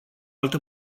altă